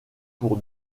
pour